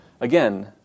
Again